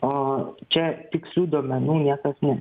o čia tikslių duomenų niekas ne